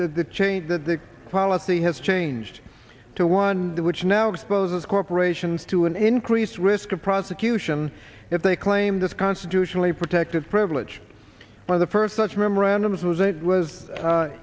the change the policy has changed to one which now exposes corporations to an increased risk of prosecution if they claim this constitutionally protected privilege by the first such memorandums was it was